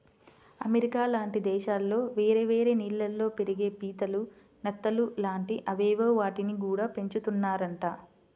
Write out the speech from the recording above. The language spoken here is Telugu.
అమెరికా లాంటి దేశాల్లో వేరే వేరే నీళ్ళల్లో పెరిగే పీతలు, నత్తలు లాంటి అవేవో వాటిని గూడా పెంచుతున్నారంట